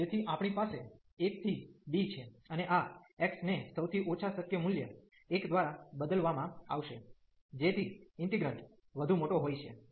તેથી આપણી પાસે 1 થી b છે અને આ x ને સૌથી ઓછા શક્ય મૂલ્ય 1 દ્વારા બદલવામાં આવશે જેથી ઇન્ટિગન્ટ વધુ મોટો હોય છે